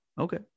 Okay